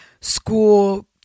school